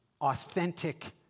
authentic